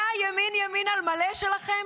זה הימין-ימין על מלא שלכם?